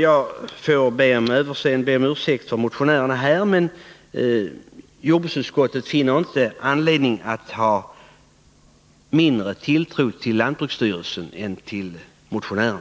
Jag ber motionärerna om ursäkt, men jordbruksutskottet finner ingen anledning att hysa mindre tilltro till lantbruksstyrelsen än till motionärerna.